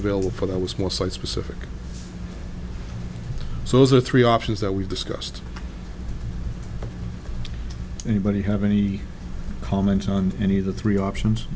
available for that was more site specific so those are three options that we've discussed anybody have any comment on any of the three options